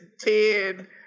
ten